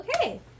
okay